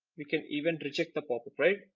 we can even reject the pop-up right.